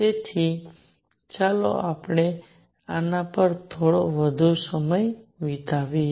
તેથી ચાલો આપણે આના પર થોડો વધુ સમય વિતાવીએ